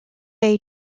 day